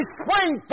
spring